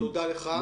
תודה לך.